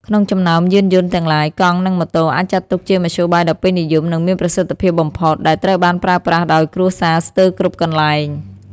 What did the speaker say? ក្នុងចំណោមយានយន្តទាំងឡាយ កង់ និងម៉ូតូ អាចចាត់ទុកជាមធ្យោបាយដ៏ពេញនិយម និងមានប្រសិទ្ធភាពបំផុត ដែលត្រូវបានប្រើប្រាស់ដោយគ្រួសារស្ទើរគ្រប់កន្លែង។